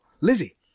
Lizzie